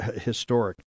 historic